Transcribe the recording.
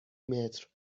متر